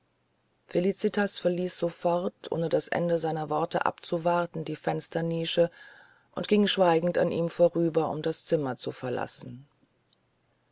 felicitas verließ sofort ohne das ende seiner worte abzuwarten die fensternische und ging schweigend an ihm vorüber um das zimmer zu verlassen